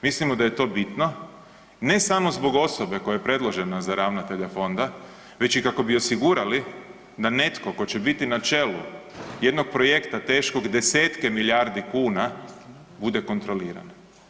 Mislimo da je to bitno ne samo zbog osobe koja je predložena za ravnatelja fonda već i kako bi osigurali da netko tko će biti na čelu jednog projekta teškog 10-tke milijardi kuna bude kontroliran.